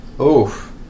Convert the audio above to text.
oof